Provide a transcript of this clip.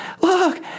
Look